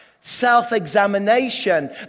self-examination